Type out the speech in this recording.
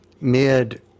mid